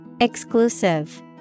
Exclusive